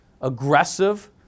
aggressive